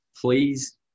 please